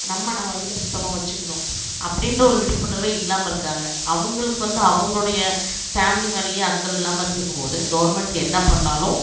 நம்ம நம்ம வீட்டை சுத்தமாக வைச்சிக்கிணும் அப்படின்ற ஒரு விழிப்புணர்வே இல்லாமல் இருக்காங்க அவங்களுக்கு வந்து அவங்களுடைய ஃபேம்லி மேலை அக்கறை இல்லாமல் இருந்துக்கும்போது கவுர்மெண்ட் என்ன பண்ணிணாலும்